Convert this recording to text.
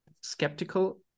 skeptical